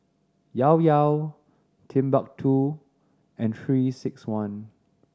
Llao Llao Timbuk Two and Three Six One